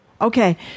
Okay